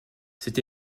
cette